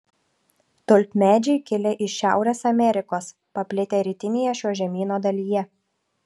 tulpmedžiai kilę iš šiaurės amerikos paplitę rytinėje šio žemyno dalyje